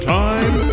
time